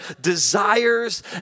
desires